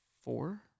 four